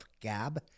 Gab